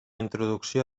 introducció